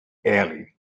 alley